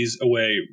away